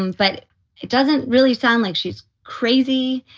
um but it doesn't really sound like she's crazy.